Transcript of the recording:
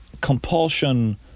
compulsion